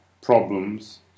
problems